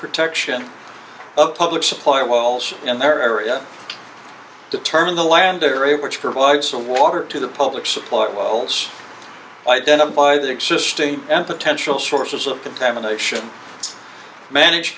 protection of public supply walls and their area determine the land area which provides the water to the public support walls identify the existing and potentially sources of contamination manage